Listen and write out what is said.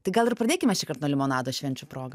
tai gal ir pradėkime šįkart nuo limonado švenčių proga